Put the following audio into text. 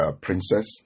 princess